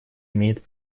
имеет